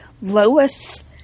Lois